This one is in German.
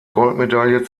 goldmedaille